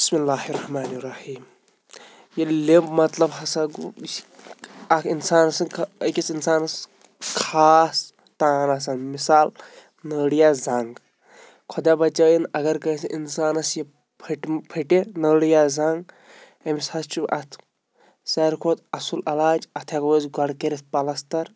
بِسمِ اللہ الرَّحمنِ الرَّحِیم ییٚلہِ مطلب ہَسا گوٚو یُس اَکھ اِنسان سٕنٛد خَ أکِس اِنسانَس خاص تان آسان مِثال نٔر یا زَنٛگ خۄدا بَچٲیِن اگر کٲنٛسہِ اِنسانَس یہِ پھٕٹ پھٕٹہِ نٔر یا زَنٛگ أمِس حظ چھُ اَتھ ساروٕے کھۄتہٕ اَصٕل علاج اَتھ ہٮ۪کو أسۍ گۄڈٕ کٔرِتھ پَلَستَر